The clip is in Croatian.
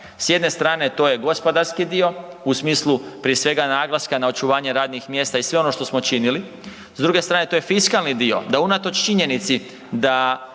S jedne strane to je gospodarski dio u smislu prije svega naglaska na očuvanje radnih mjesta i sve ono što smo činili. S druge strane to je fiskalni dio, da unatoč činjenici da